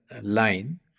line